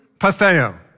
patheo